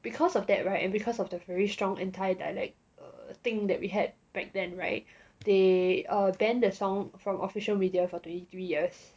because of that [right] and because of the very strong entire dialect err thing we had back then right they err banned the song from official media for twenty three years